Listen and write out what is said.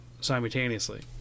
simultaneously